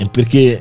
Perché